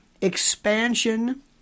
expansion